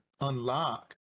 unlock